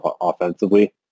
offensively